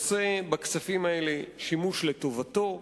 ועושה בכספים האלה שימוש לטובתו.